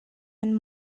and